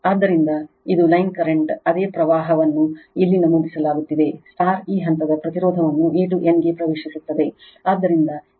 ಆದ್ದರಿಂದ ಇದು line current ಅದೇ ಪ್ರವಾಹವನ್ನು ಇಲ್ಲಿ ನಮೂದಿಸುತ್ತಿದೆ ಈ ಹಂತದ ಪ್ರತಿರೋಧವನ್ನು A ಟು N ಗೆ ಪ್ರವೇಶಿಸುತ್ತದೆ